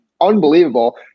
unbelievable